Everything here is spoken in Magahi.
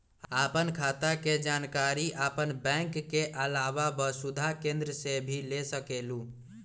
आपन खाता के जानकारी आपन बैंक के आलावा वसुधा केन्द्र से भी ले सकेलु?